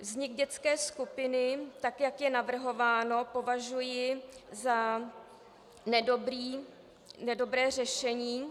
Vznik dětské skupiny, tak jak je navrhováno, považuji za nedobré řešení.